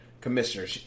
Commissioner